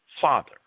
father